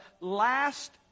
last